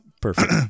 Perfect